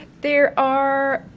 there are,